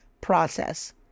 process